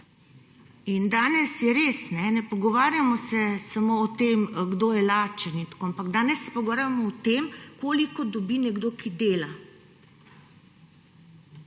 In danes je res, ne pogovarjamo se samo o tem, kdo je lačen, ampak danes se pogovarjamo o tem, koliko dobi nekdo, ki dela.